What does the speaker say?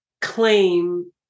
claim